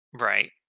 Right